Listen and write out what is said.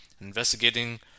investigating